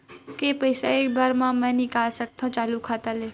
के पईसा एक बार मा मैं निकाल सकथव चालू खाता ले?